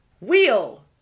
Wheel